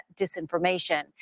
disinformation